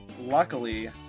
luckily